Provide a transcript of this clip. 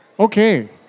Okay